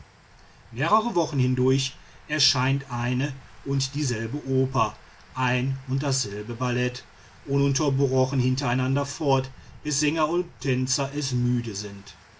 mehrere wochen hindurch erscheint eine und dieselbe oper ein und dasselbe ballett ununterbrochen hintereinander fort bis sänger und tänzer es müde sind